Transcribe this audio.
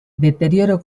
deterioro